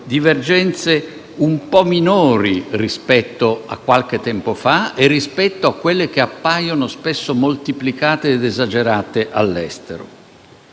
divergenze un po' minori rispetto a qualche tempo fa e a quelle che appaiono spesso moltiplicate ed esagerate all'estero.